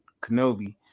Kenobi